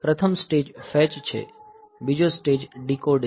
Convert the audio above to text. પ્રથમ stage fetch છે બીજો સ્ટેજ ડીકોડ છે